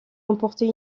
remporté